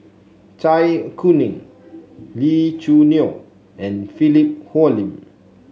Zai Kuning Lee Choo Neo and Philip Hoalim